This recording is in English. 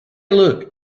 look